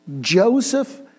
Joseph